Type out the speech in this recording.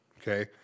okay